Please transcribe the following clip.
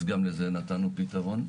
אז גם לזה נתנו פתרון.